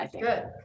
Good